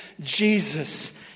Jesus